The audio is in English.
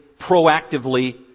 proactively